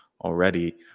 already